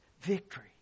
victory